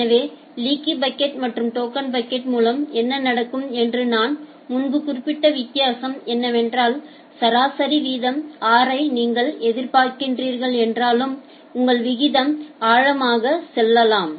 எனவே இந்த leaky bucket மற்றும் டோக்கன் பக்கெட் மூலம் என்ன நடக்கும் என்று நான் முன்பு குறிப்பிட்ட வித்தியாசம் என்னவென்றால் சராசரி வீதம் r யை நீங்கள் எதிர்பார்க்கிறீர்கள் என்றாலும் உங்கள் விகிதம் ஆழமாக செல்லலாம்